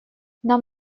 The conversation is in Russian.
нам